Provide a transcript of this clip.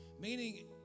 Meaning